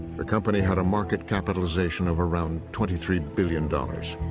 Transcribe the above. the company had a market capitalization of around twenty three billion dollars.